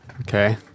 okay